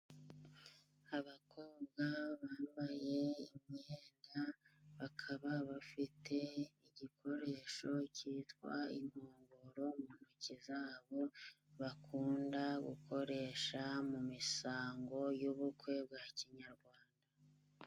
Abakobwa bambaye imyenda bakaba bafite igikoresho kitwa inkongoro mu ntoki zabo bakunda gukoresha mu misango y'ubukwe bwa kinyarwanda.